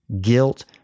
guilt